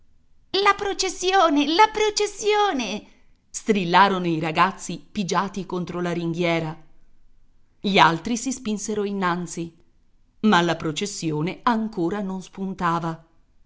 la processione la processione strillarono i ragazzi pigiati contro la ringhiera gli altri si spinsero innanzi ma la processione ancora non spuntava